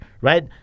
right